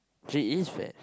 she is fat